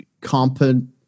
competent